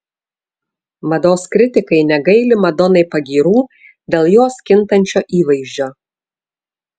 mados kritikai negaili madonai pagyrų dėl jos kintančio įvaizdžio